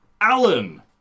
Alan